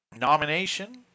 nomination